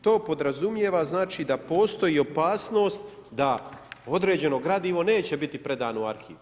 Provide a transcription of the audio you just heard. To podrazumijeva da postoji opasnost da određeno gradivo neće biti predano u arhiv.